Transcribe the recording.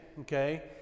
okay